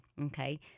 okay